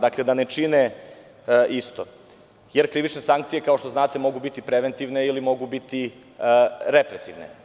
Dakle, da ne čine isto, jer krivične sankcije, kao što znate, mogu biti preventivne, ili mogu biti represivne.